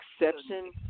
exception